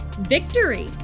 Victory